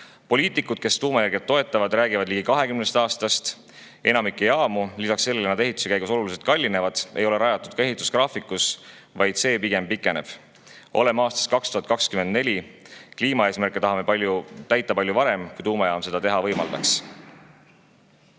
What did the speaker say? Poliitikud, kes tuumaenergiat toetavad, räägivad ligi 20 aastast. Enamikku jaamu – lisaks sellele, et need ehituse käigus oluliselt kallinevad – ei ole rajatud ehitusgraafiku kohaselt, vaid see on pigem pikenenud. Oleme aastas 2024 ja kliimaeesmärke tahame täita palju varem, kui tuumajaam seda teha võimaldaks.